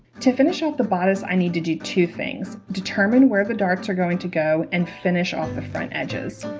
to finish off the bodice i need to do two things determine where the darts are going to go and finish off the front edges